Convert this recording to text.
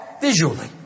visually